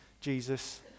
Jesus